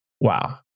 wow